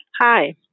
Hi